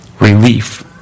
relief